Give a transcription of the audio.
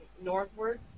northward